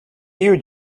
you